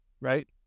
Right